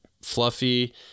fluffy